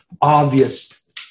obvious